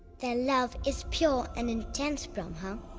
their love is pure and intense, brahma.